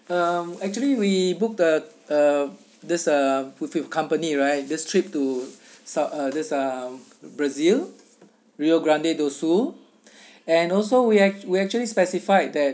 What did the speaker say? um actually we booked the uh this uh with your company right this trip to south uh this ah brazil rio grande do sul and also we act~ we actually specified that